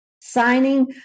signing